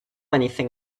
anything